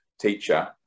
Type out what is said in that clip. teacher